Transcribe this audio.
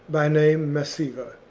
by name massiva,